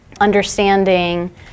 understanding